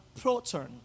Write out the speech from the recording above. proton